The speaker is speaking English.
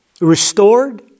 restored